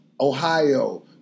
Ohio